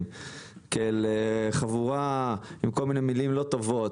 כאל חבורה עם כל מיני מילים לא טובות,